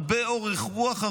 הרבה אורך רוח,